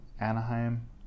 Anaheim